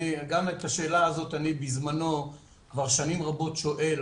גם את השאלה הזו אני בזמנו כבר שנים רבות שואל,